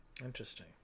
Interesting